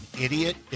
idiot